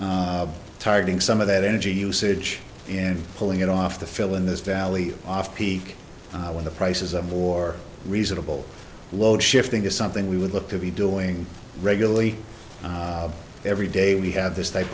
more targeting some of that energy usage and pulling it off to fill in this valley off peak when the price is a more reasonable load shifting is something we would look to be doing regularly every day we have this type